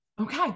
okay